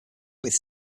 with